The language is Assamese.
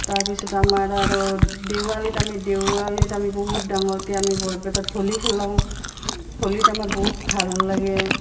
তাৰপিছত আমাৰ আৰু দেৱালীত আমি দেৱালীত আমি বহুত ডাঙৰকৈ আমি বৰপেটাত হোলী খেলাওঁ হোলিত আমাৰ বহুত ভাল লাগে